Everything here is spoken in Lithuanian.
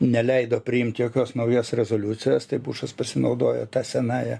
neleido priimt jokios naujos rezoliucijos tai bušas pasinaudojo ta senąja